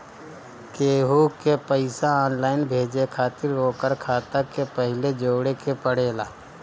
केहू के पईसा ऑनलाइन भेजे खातिर ओकर खाता के पहिले जोड़े के पड़ेला